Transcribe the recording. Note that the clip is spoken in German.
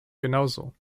genauso